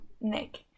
nick